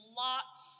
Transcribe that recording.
lots